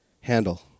handle